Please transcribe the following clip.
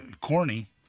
corny